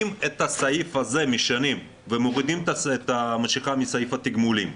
אם את הסעיף הזה משנים ומורידים את המשיכה מסעיף התגמולים,